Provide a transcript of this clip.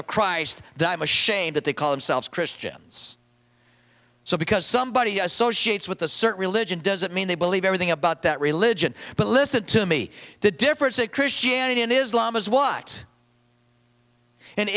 of christ dima shame that they call themselves christians so because somebody associates with a certain religion does that mean they believe everything about that religion but listen to me the difference that christianity and islam is what